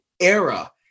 era